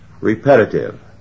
repetitive